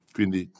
Quindi